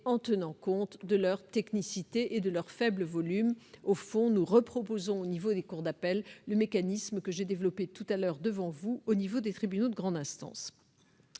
en tenant compte de leur technicité et de leur faible volume. Au fond, nous proposons au niveau des cours d'appel un mécanisme similaire à celui que j'ai exposé précédemment devant vous au niveau des tribunaux de grande instance.